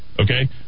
okay